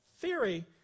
theory